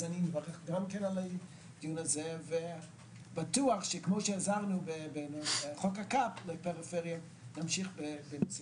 אז אני מברך גם כן על הדיון הזה ובטוח שנמשיך ונצליח.